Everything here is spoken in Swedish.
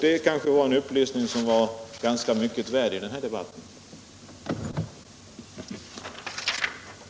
Det var en upplysning som var ganska mycket värd i den här 93 debatten. Om åtgärder för att säkra sysselsättningen inom